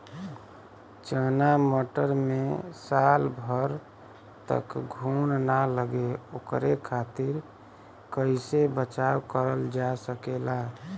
चना मटर मे साल भर तक घून ना लगे ओकरे खातीर कइसे बचाव करल जा सकेला?